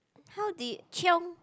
how did chiong